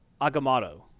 Agamotto